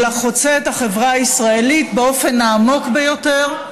אלא חוצה את החברה הישראלית באופן העמוק ביותר,